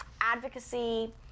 advocacy